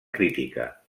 crítica